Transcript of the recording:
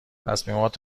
تصمیمات